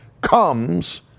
comes